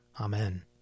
Amen